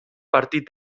partit